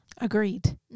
Agreed